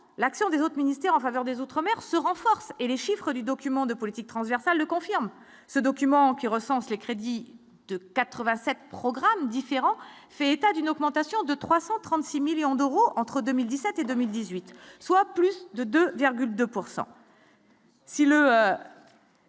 l'action des autres ministères en faveur des autres maires se renforce et les chiffres du document de politiques transversales confirme ce document qui recense les crédits de 87 programmes différents, fait état d'une augmentation de 336 millions d'euros entre 2017 et 2018, soit plus de 2,2